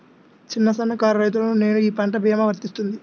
చిన్న సన్న కారు రైతును నేను ఈ పంట భీమా వర్తిస్తుంది?